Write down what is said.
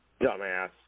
Dumbass